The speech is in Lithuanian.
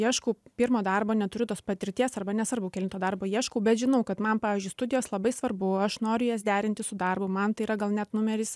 ieškau pirmo darbo neturiu tos patirties arba nesvarbu kelinto darbo ieškau bet žinau kad man pavyzdžiui studijos labai svarbu aš noriu jas derinti su darbu man tai yra gal net numeris